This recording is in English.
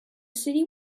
city